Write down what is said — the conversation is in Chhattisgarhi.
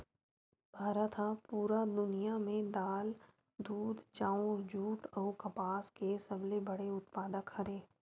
भारत हा पूरा दुनिया में दाल, दूध, चाउर, जुट अउ कपास के सबसे बड़े उत्पादक हरे